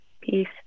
Peace